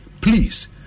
Please